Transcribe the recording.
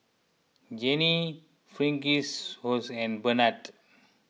Janine Fitzhugh and Barnard